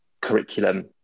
curriculum